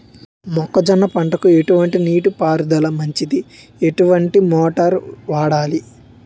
మొక్కజొన్న పంటకు ఎటువంటి నీటి పారుదల మంచిది? ఎటువంటి మోటార్ వాడాలి?